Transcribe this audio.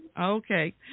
Okay